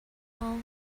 all